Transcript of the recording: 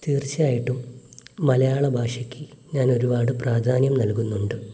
തീർച്ചയായിട്ടും മലയാള ഭാഷക്ക് ഞാനൊരുപാട് പ്രാധാന്യം നൽകുന്നുണ്ട്